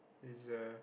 is there